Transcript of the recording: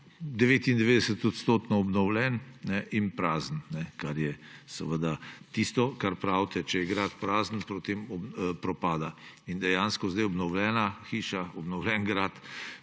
99-odstotno obnovljen in prazen, kar je seveda tisto, kot pravite, če je grad prazen, potem propada. In dejansko sedaj obnovljena hiša, obnovljen grad,